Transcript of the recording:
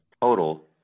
total